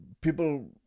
people